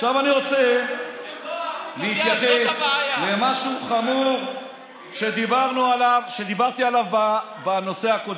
עכשיו אני רוצה להתייחס למשהו חמור שדיברתי עליו בנושא הקודם.